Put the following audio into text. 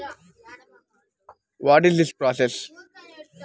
గ్రామీణ పేద యువతను ఆర్థికంగా శ్రామిక శక్తిగా మార్చడమే డీడీయూజీకేవై యొక్క విజన్